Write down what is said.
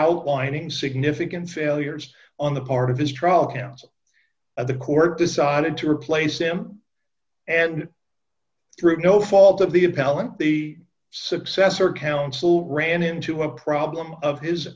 outlining significant failures on the part of his trial counsel at the court decided to replace him and through no fault of the appellant the successor counsel ran into a problem of his